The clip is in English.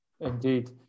Indeed